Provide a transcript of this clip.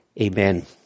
Amen